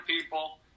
people